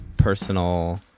personal